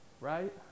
Right